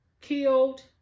killed